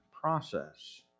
process